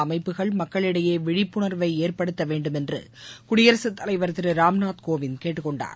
அமைப்புகள் மக்களிடையே விழிப்புணர்வை ஏற்படுத்த வேண்டும் என்று குடியரசுத் தலைவர் திரு ராம்நாத் கோவிந்த் கேட்டுக்கொண்டார்